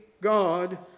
God